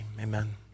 Amen